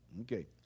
Okay